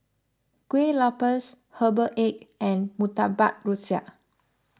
Kueh Lopes Herbal Egg and Murtabak Rusa